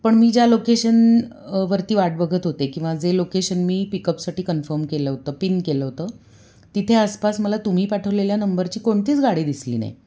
पण मी ज्या लोकेशन वरती वाट बघत होते किंवा जे लोकेशन मी पिकअपसाठी कन्फम केलं होतं पिन केलं होतं तिथे आसपास मला तुम्ही पाठवलेल्या नंबरची कोणतीच गाडी दिसली नाही